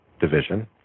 division